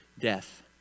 death